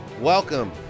Welcome